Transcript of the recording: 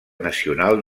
nacional